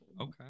Okay